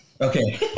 Okay